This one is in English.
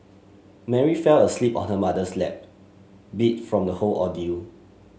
Mary fell asleep on her mother's lap beat from the whole ordeal